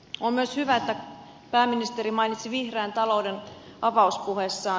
on myös hyvä että pääministeri mainitsi vihreän talouden avauspuheessaan